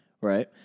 right